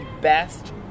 best